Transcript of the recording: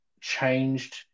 changed